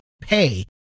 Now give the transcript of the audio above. pay